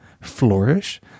flourish